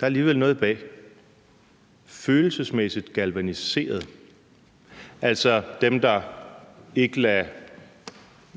Der ligger alligevel noget bag udtrykket følelsesmæssigt galvaniserede. Altså dem, der ikke lader